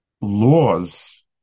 laws